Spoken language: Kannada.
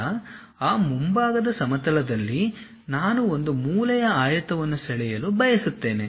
ಈಗ ಆ ಮುಂಭಾಗದ ಸಮತಲದಲ್ಲಿ ನಾನು ಒಂದು ಮೂಲೆಯ ಆಯತವನ್ನು ಸೆಳೆಯಲು ಬಯಸುತ್ತೇನೆ